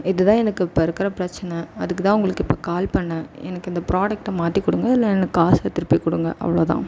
இது தான் எனக்கு இப்போது இருக்கிற பிரெச்சன அதுக்கு தான் உங்களுக்கு இப்போது கால் பண்ணுணேன் எனக்கு இந்த ப்ரோடக்ட்டை மாற்றி கொடுங்க இல்லைனா எனக்கு காசை திருப்பி கொடுங்க அவ்வளோ தான்